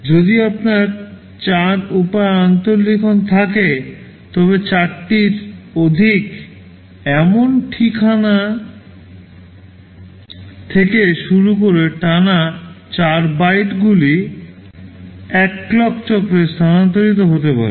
যদি আপনার 4 উপায় আন্তঃলিখন থাকে তবে 4 টির অধিক এমন ঠিকানা থেকে শুরু করে টানা 4 বাইটগুলি এক ক্লক চক্রে স্থানান্তরিত হতে পারে